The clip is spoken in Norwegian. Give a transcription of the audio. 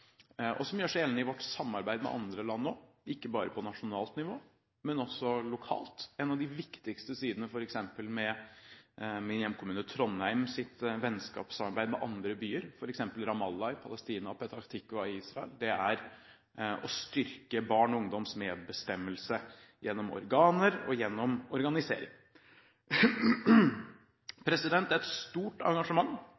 og som gjør seg gjeldende i vårt samarbeid med andre land også, ikke bare på nasjonalt nivå, men også lokalt. En av de viktigste sidene f.eks. ved min hjemkommune Trondheims vennskapssamarbeid med andre byer, f.eks. Ramallah i Palestina og Petah Tiqwa i Israel, er å styrke barns og ungdoms medbestemmelse gjennom organer og gjennom